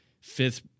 fifth